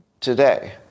today